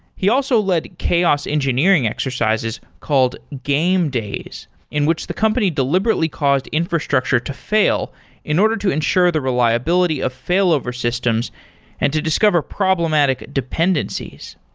he also led chaos engineering exercises called game days, in which the company deliberately caused infrastructure to fail in order to ensure the reliability of failover systems and to discover problematic dependencies.